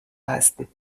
leisten